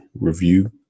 review